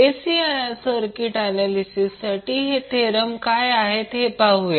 AC circuit ऍनॅलिसिससाठीसाठी हे theorem काय आहेत हे पाहूया